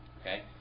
okay